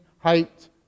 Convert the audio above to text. height